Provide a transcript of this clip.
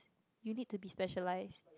you need to be specialised